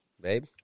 Babe